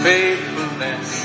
Faithfulness